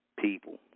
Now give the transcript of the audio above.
people